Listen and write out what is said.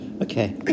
Okay